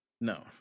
No